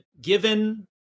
given